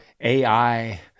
AI